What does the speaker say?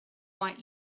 white